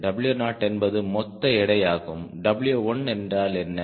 W0 என்பது மொத்த எடை ஆகும் W1 என்றால் என்ன